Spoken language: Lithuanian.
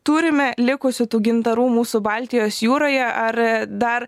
turime likusių tų gintarų mūsų baltijos jūroje ar dar